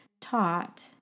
taught